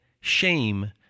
shame